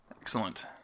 Excellent